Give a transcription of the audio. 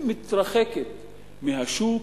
היא מתרחקת מהשוק,